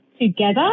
together